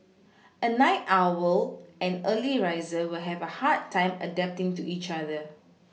a night owl and early riser will have a hard time adapting to each other